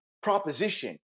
proposition